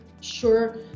sure